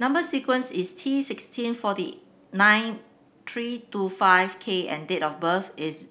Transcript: number sequence is T sixteen forty nine three two five K and date of birth is